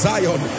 Zion